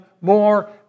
more